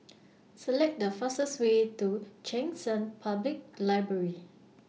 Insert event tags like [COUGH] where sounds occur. [NOISE] Select The fastest Way to Cheng San Public Library